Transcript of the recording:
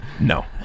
No